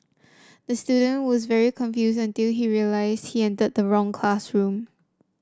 the student was very confused until he realised he entered the wrong classroom